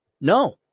no